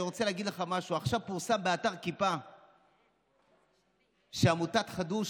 אני רוצה להגיד לך משהו: עכשיו פורסם באתר כיפה שעמותת חדו"ש,